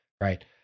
Right